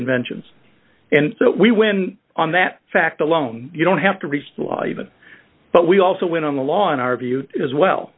inventions and so we win on that fact alone you don't have to be human but we also went on the law in our view as well